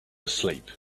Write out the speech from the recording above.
asleep